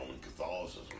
Catholicism